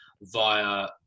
via